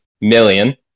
million